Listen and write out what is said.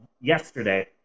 yesterday